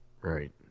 right